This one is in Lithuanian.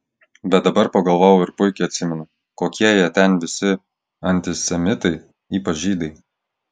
bet dabar pagalvojau ir puikiai atsimenu kokie jie ten visi antisemitai ypač žydai